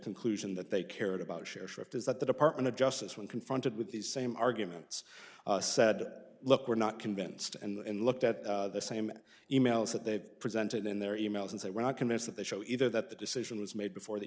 conclusion that they cared about share shift is that the department of justice when confronted with these same arguments said look we're not convinced and looked at the same e mails that they've presented in their e mails and say we're not convinced that the show either that the decision was made before the